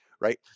right